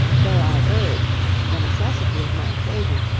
though i urged the necessity of my occasion,